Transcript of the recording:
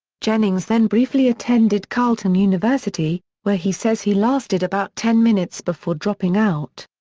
jennings then briefly attended carleton university, where he says he lasted about ten minutes before dropping out.